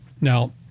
Now